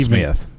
Smith